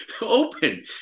open